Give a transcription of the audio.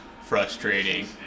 frustrating